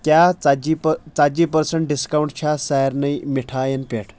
کیاہ ژَتجی ژَتجی پٔرسنٹ ڈِسکاونٹ چھا سارنٕے مِٹھاین پٮ۪ٹھ